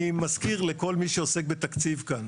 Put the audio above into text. אני מזכיר לכל מי שעוסק בתקציב כאן,